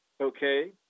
okay